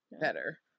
better